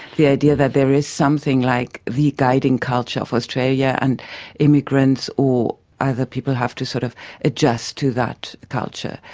the idea that there is something like the guiding culture of australia, and immigrants or other people have to sort of adjust to that culture.